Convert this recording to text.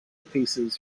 pieces